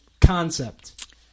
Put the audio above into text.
concept